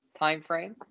timeframe